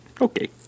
okay